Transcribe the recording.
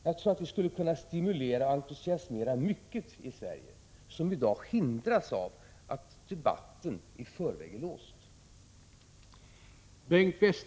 Jag tror att vi skulle kunna stimulera och entusiasmera mycket i Sverige som i dag hindras av att debatten i förväg är låst.